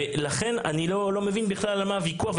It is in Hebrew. לכן אני לא מבין בכלל על מה הוויכוח.